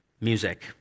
music